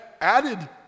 added